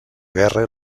guerra